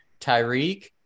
Tyreek –